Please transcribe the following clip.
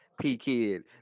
P-Kid